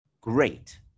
great